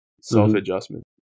self-adjustment